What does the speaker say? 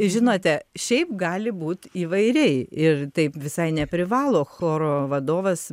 žinote šiaip gali būt įvairiai ir taip visai neprivalo choro vadovas